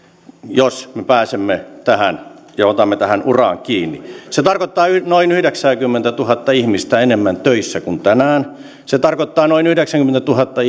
jos me pääsemme tähän ja otamme tähän uraan kiinni se tarkoittaa noin yhdeksänkymmentätuhatta ihmistä enemmän töissä kuin tänään se tarkoittaa noin yhdeksänkymmentätuhatta